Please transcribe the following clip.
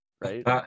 Right